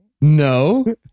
No